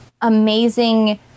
amazing